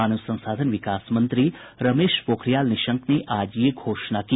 मानव संसाधन विकास मंत्री रमेश पोखरियाल निशंक ने आज यह घोषणा की